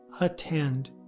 attend